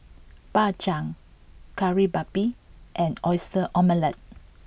Bak Chang Kari Babi and Oyster Omelette